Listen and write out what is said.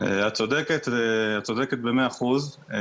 את צודקת במאה אחוז,